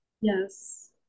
yes